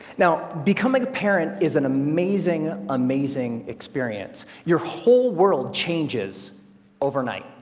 now, becoming a parent is an amazing amazing experience. your whole world changes over night.